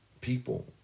People